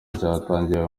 cyatangiwe